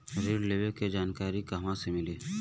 ऋण लेवे के जानकारी कहवा से मिली?